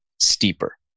steeper